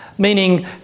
meaning